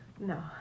no